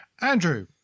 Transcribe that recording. Andrew